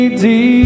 deep